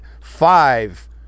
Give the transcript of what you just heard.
five